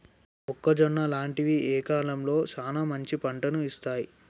మొక్కజొన్న లాంటివి ఏ కాలంలో సానా మంచి పంటను ఇత్తయ్?